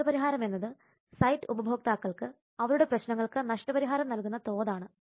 നഷ്ടപരിഹാരം എന്നത് സൈറ്റ് ഉപഭോക്താക്കൾക്ക് അവരുടെ പ്രശ്നങ്ങൾക്ക് നഷ്ടപരിഹാരം നൽകുന്ന തോത് ആണ്